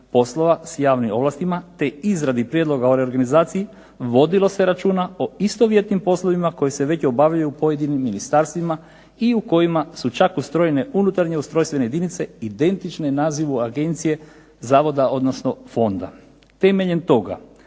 poslova s javnim ovlastima te izradi prijedloga o reorganizaciji, vodilo se računa o istovjetnim poslovima koji se već obavljaju u pojedinim ministarstvima i u kojima su čak ustrojene unutarnje ustrojstvene jedinice identične nazivu agencije zavoda odnosno fonda. Temeljem toga,